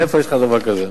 איפה יש לך דבר כזה.